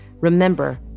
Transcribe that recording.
Remember